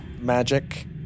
magic